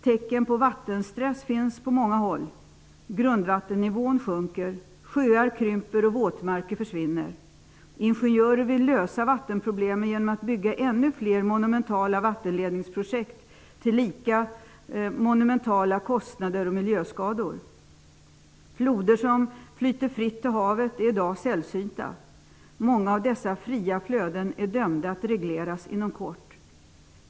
Tecken på vattenstress finns på många håll. Grundvattennivån sjunker, sjöar krymper och våtmarker försvinner. Ingenjörer vill ''lösa'' vattenproblemen genom att bygga ännu fler monumentala vattenledningsprojekt till lika monumentala kostnader och med miljöskador som följd. Floder som flyter fritt till havet är i dag sällsynta. Många av dessa fria flöden är dömda att regleras inom kort.